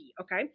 okay